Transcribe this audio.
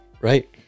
Right